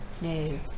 No